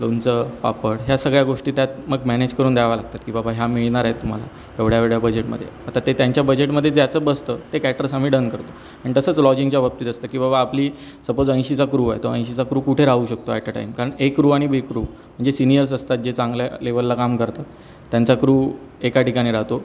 लोणचं पापड ह्या सगळ्या गोष्टी त्यात मग मॅनेज करून द्याव्या लागतात की बाबा ह्या मिळणार आहेत तुम्हाला एवढ्या एवढ्या बजेटमध्ये आता ते त्यांच्या बजेटमध्ये ज्याचं बसतं ते कॅटरर्स आम्ही डन करतो आणि तसंच लॉजिंगच्या बाबतीत असतं की बाबा आपली सपोज ऐंशीचा क्रु आहे तर तो ऐंशीचा क्रु कुठे राहू शकतो ॲट अ टाईम कारण ए क्रु आणि बी क्रु जे सिनियर्स असतात जे चांगल्या लेवलला काम करतात त्यांचा क्रु एका ठिकाणी राहतो